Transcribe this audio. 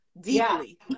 deeply